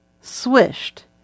swished